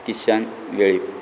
Kishan Velip